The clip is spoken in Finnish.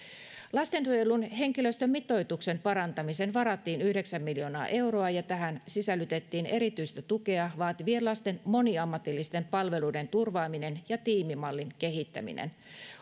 lastensuojelun henkilöstömitoituksen parantamiseen varattiin yhdeksän miljoonaa euroa ja tähän sisällytettiin erityistä tukea vaativien lasten moniammatillisten palveluiden turvaaminen ja tiimimallin kehittäminen